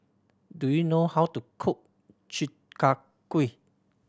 do you know how to cook Chi Kak Kuih